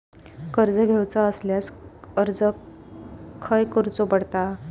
कर्ज घेऊचा असल्यास अर्ज खाय करूचो पडता?